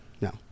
No